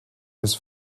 his